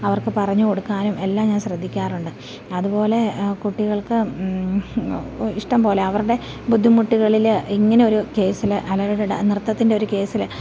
അവർക്ക് പറഞ്ഞു കൊടുക്കാനും എല്ലാം ഞാൻ ശ്രദ്ധിക്കാറുണ്ട് അതുപോലെ കുട്ടികൾക്ക് ഇഷ്ടം പോലെ അവരുടെ ബുദ്ധിമുട്ടുകളില് ഇങ്ങനൊരു കേസില് അവരുടെ ഡ നൃത്തത്തിൻ്റെ ഒരു കേസില്